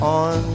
on